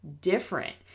Different